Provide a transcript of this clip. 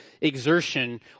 exertion